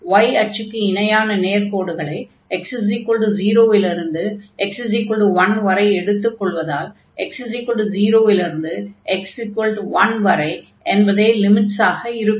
y அச்சுக்கு இணையான நேர்க்கோடுகளை x0 இலிருந்து x1 வரை எடுத்துக் கொள்வதால் x0 இலிருந்து x1 வரை என்பதே லிமிட்ஸாக இருக்கும்